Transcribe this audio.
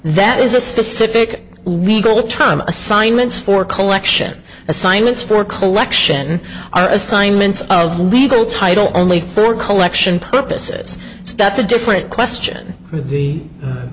that is a specific legal term assignments for collection assignments for collection assignments of legal title only for collection purposes that's a different question the